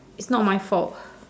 it's not my fault